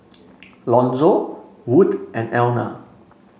Lonzo Wood and Elna